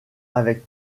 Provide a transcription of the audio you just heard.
avec